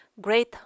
great